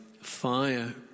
fire